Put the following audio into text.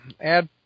add